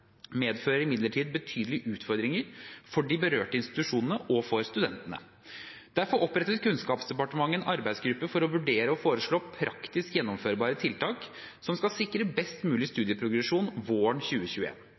medfører imidlertid betydelige utfordringer for de berørte institusjonene og for studentene. Derfor opprettet Kunnskapsdepartementet en arbeidsgruppe som skulle vurdere og foreslå praktisk gjennomførbare tiltak som skulle sikre best mulig